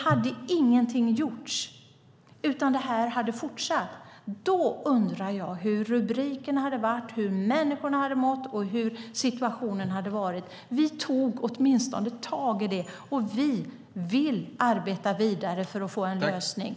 Om ingenting hade gjorts utan om detta hade fortsatt undrar jag hur rubrikerna hade sett ut, hur människorna hade mått och hur situationen hade varit. Vi tog åtminstone tag i det, och vi vill arbeta vidare för att få en lösning.